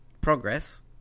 progress